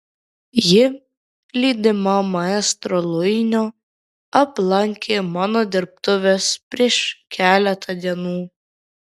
ji lydima maestro luinio aplankė mano dirbtuves prieš keletą dienų